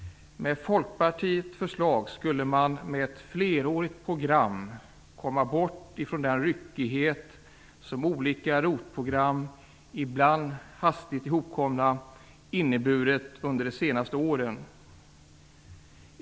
Med Folkpartiets förslag skulle man med ett flerårigt program komma bort från den ryckighet som olika ROT-program, ibland hastigt ihopkomna, inneburit under de senaste åren.